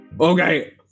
Okay